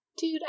Dude